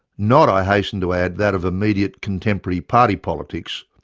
not, i hasten to add, that of immediate, contemporary party politics,